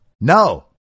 No